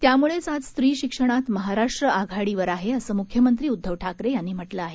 त्यामुळेच आज स्त्री शिक्षणात महाराष्ट्र आघाडीवर आहे असं मुख्यमंत्री उद्धव ठाकरे यांनी म्हटलं आहे